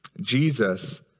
Jesus